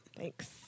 Thanks